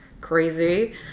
crazy